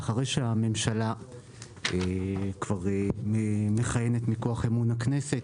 אחרי שהממשלה כבר מכהנת מכוח אמון הכנסת,